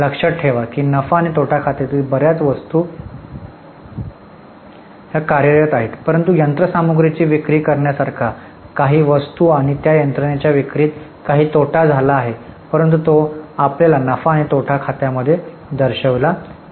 लक्षात ठेवा की नफा आणि तोटा खात्यामधील बर्याच वस्तू कार्यरत आहेत परंतु यंत्रसामग्रीची विक्री करण्यासारख्या काही वस्तू आणि त्या यंत्रणेच्या विक्रीत काही तोटा झाला आहे परंतु तो आपल्याला नफा आणि तोटा खात्यामध्ये दर्शविला जाईल